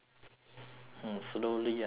mm slowly ah slowly